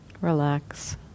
Relax